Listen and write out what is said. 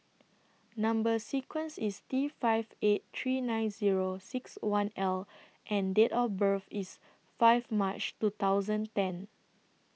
Number sequence IS T five eight three nine Zero six one L and Date of birth IS five March two thousand ten